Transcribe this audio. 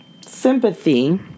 Sympathy